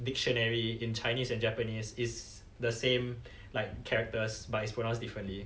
dictionary in chinese and japanese is the same like characters but it's pronounced differently